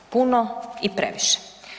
Puno i previše.